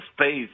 space